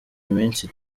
iminsi